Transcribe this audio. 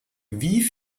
wie